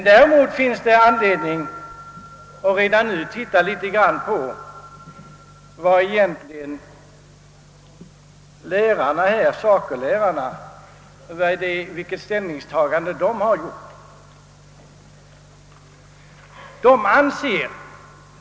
Däremot finns det anledning att redan nu titta litet grand på vilket ställningstagande SACO-lärarna egentligen har gjort.